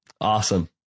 Awesome